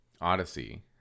Odyssey